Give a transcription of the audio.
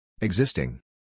Existing